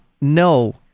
no